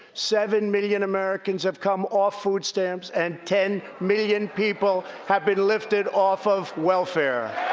seven million americans have come off food stamps, and ten million people have been lifted off of welfare.